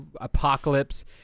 Apocalypse